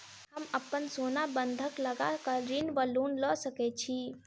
हम अप्पन सोना बंधक लगा कऽ ऋण वा लोन लऽ सकै छी?